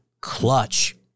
clutch